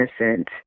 innocent